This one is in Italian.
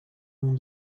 non